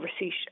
receipt